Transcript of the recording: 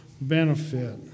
benefit